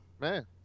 man